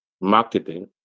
marketing